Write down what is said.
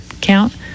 count